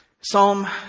Psalm